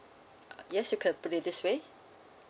uh yes you could put it this way